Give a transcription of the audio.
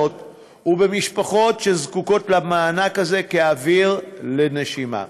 ובמשפחות שזקוקות למענק הזה כאוויר לנשימה.